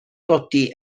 godi